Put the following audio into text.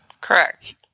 Correct